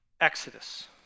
Exodus